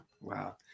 wow